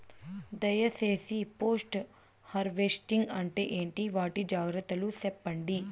దయ సేసి post harvesting అంటే ఏంటి? వాటి జాగ్రత్తలు సెప్పండి?